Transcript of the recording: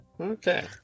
Okay